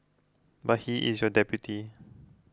but he is your deputy